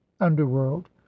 underworld